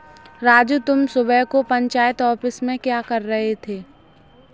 राजू तुम सुबह को पंचायत ऑफिस में क्या कर रहे थे?